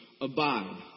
abide